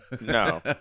No